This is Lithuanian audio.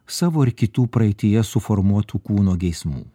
savo ar kitų praeityje suformuotų kūno geismų